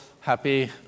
happy